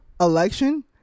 election